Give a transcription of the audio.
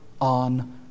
on